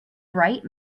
bright